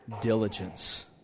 diligence